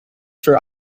for